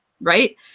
right